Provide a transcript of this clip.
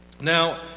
Now